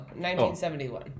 1971